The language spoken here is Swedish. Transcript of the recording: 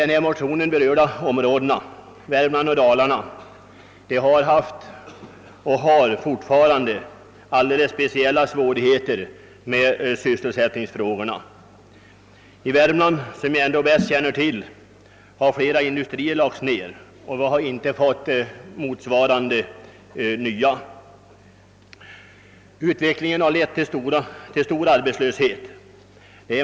De i motionerna berörda områdena Värmland och Dalarna har haft och har fortfarande alldeles speciella svårigheter beträffande sysselsättningen.I Värmland, som jag bäst känner till, har flera industrier lagts ned, och vi har inte fått motsvarande nya. Utvecklingen har lett till stor arbetslöshet.